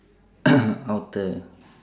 outer